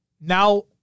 Now